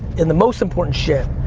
in the most important shit,